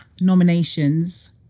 nominations